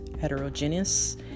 heterogeneous